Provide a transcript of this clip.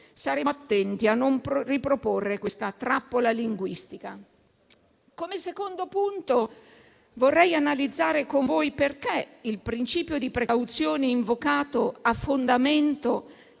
staremo attenti a non riproporre questa trappola linguistica. Come secondo punto vorrei analizzare con voi la motivazione per la quale il principio di precauzione, invocato a fondamento